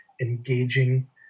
engaging